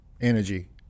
energy